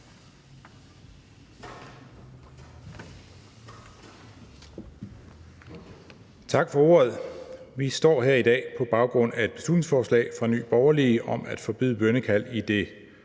Tak for ordet. Vi står her i dag på baggrund af et beslutningsforslag fra Nye Borgerlige om at forbyde bønnekald i det